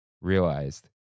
realized